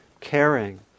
caring